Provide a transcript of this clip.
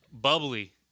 Bubbly